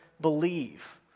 believe